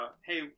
hey